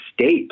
state